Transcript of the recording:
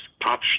pop